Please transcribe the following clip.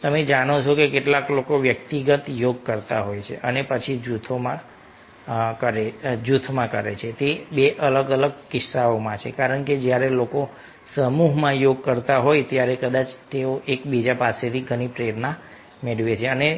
તમે જાણો છો કે કેટલાક લોકો વ્યક્તિગત યોગ કરતા હોય છે અને પછી જૂથમાં કરે છે તે 2 અલગ અલગ કિસ્સાઓ છે કારણ કે જ્યારે લોકો સમૂહમાં યોગ કરતા હોય ત્યારે કદાચ તેઓ એકબીજા પાસેથી ઘણી પ્રેરણા મેળવે છે અને